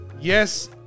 yes